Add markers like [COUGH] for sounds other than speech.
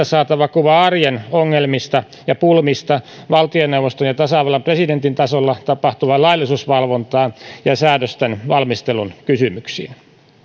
[UNINTELLIGIBLE] saatava kuva arjen ongelmista ja pulmista valtioneuvoston ja tasavallan presidentin tasolla tapahtuvaan laillisuusvalvontaan ja säädösten valmistelun kysymyksiin